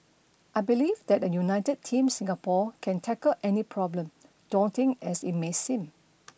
I believe that a united Team Singapore can tackle any problem daunting as it may seem